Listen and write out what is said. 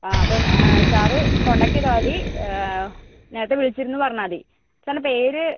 ആ അപ്പം sir contact ചെയ്താൽമതി നേരത്തെ വിളിച്ചിരുന്നു പറഞ്ഞാൽമതി സാറിൻ്റെ പേര്